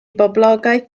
boblogaeth